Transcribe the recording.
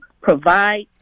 provide